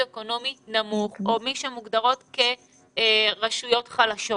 אקונומי נמוך או מי שמוגדרות כרשויות חלשות.